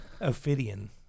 Ophidian